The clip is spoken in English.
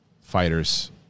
fighters